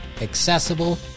accessible